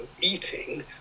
eating